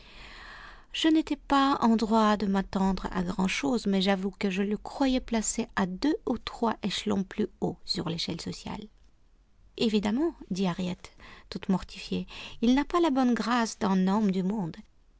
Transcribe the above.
je n'étais pas en droit de m'attendre à grand chose mais j'avoue que je le croyais placé à deux ou trois échelons plus haut sur l'échelle sociale évidemment dit harriet toute mortifiée il n'a pas la bonne grâce d'un homme du monde